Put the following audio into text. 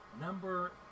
Number